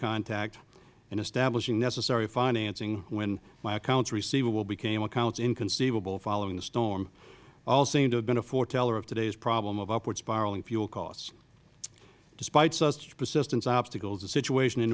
contact and establishing necessary financing when my accounts receivable became accounts inconceivable following the storm all seem to have been a foreteller of today's problem of upwarding spiraling fuel costs despite such persistence obstacles in the situation in